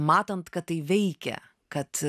matant kad tai veikia kad